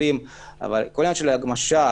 כל עניין ההגמשה,